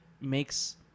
makes